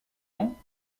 ans